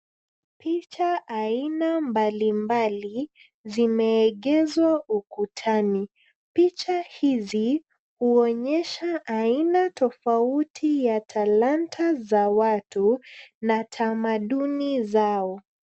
Picha aina mbalimbali, zimeegezwa ukutani. Picha hizi, huonyesha aina tofauti ya talanta za watu, na tamaduni zao.